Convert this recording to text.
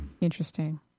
interesting